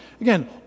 Again